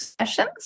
sessions